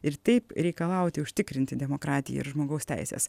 ir taip reikalauti užtikrinti demokratiją ir žmogaus teises